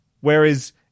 Whereas-